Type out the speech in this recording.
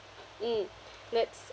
mm let's